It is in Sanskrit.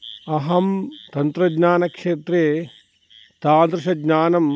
अहं तन्त्रज्ञानक्षेत्रे तादृशज्ञानं